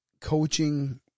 coaching